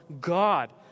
God